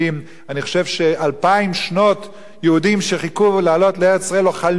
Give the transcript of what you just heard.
אני חושב שאלפיים שנות יהודים שחיכו לעלות לארץ-ישראל לא חלמו,